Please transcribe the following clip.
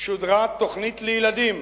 תוכנית לילדים,